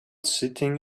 sitting